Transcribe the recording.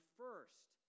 first